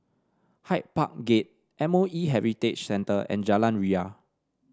Hyde Park Gate M O E Heritage Centre and Jalan Ria